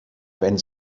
wenn